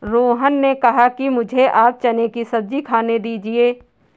रोहन ने कहा कि मुझें आप चने की सब्जी खाने दीजिए